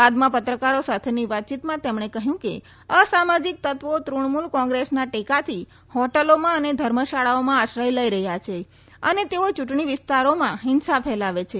બાદમાં પત્રકારો સાથેની વાતચીતમાં તેમણે કહયું કે અસમાજિક તત્વો તૃણમુલ કોંપ્રેસના ટેકાથી હોટલોમાં અને ધર્મશાળાઓમાં આશ્રય લઈ રહયાં છે અને તેઓ ચુંટણી વિસ્તારોમાં હિંસા ફેલાવે છે